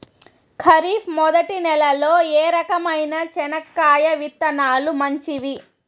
ఖరీఫ్ మొదటి నెల లో ఏ రకమైన చెనక్కాయ విత్తనాలు మంచివి